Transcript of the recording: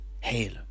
Hail